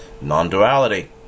non-duality